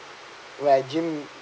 when I gym